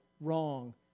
wrong